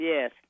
Yes